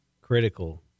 critical